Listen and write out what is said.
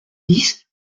dix